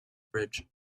bridge